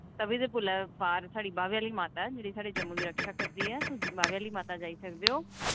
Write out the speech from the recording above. त'वी दे पुलै पार साढ़ी बाह्वे आह्ली माता ऐ जेह्ड़ी साढ़े जम्मू दी रक्षा करदी ऐ तुस बाह्वे आह्ली माता जाई सकदे ओ